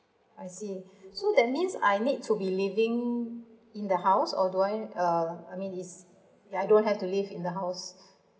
I see so that means I need to be living in the house or do I uh I mean is I don't have to live in the house